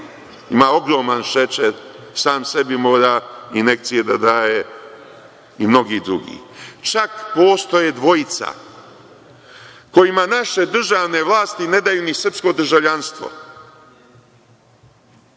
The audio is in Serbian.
ima ogroman šećer, sam sebi mora injekcije da daje i mnogi drugi. Čak postoje dvojica kojima naše državne vlasti ne daju ni srpsko državljanstvo.